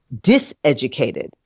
diseducated